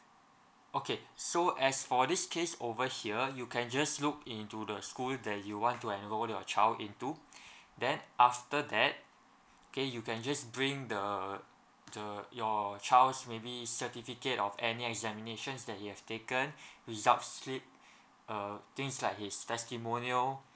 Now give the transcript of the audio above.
okay so as for this case over here you can just look into the school that you want to enroll your child into then after that K you can just bring the the your child's maybe certificate of any examinations that he have taken result slip uh things like his testimonial